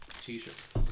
t-shirt